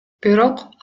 бирок